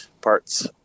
parts